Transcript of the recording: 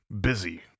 busy